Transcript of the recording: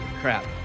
Crap